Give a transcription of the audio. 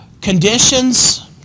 conditions